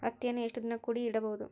ಹತ್ತಿಯನ್ನು ಎಷ್ಟು ದಿನ ಕೂಡಿ ಇಡಬಹುದು?